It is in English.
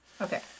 Okay